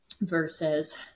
versus